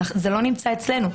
זה לא נמצא אצלנו.